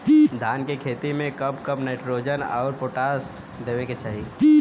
धान के खेती मे कब कब नाइट्रोजन अउर पोटाश देवे के चाही?